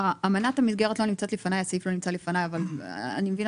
אמנת המסגרת לא נמצאת לפניי וכך גם הסעיף אבל אני מבינה